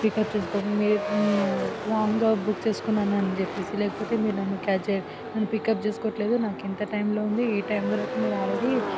pickup చేసుకో మీరు రాంగ్గా బుక్ చేసుకున్నానని చెప్పేసి లేకపోతే మీరు నన్ను క్యాచ్ నన్ను పికప్ చేసుకోవట్లేదు నాకు ఇంత ఈ టైంలో ఉంది ఈ టైం వరకు మీరు ఆల్రెడీ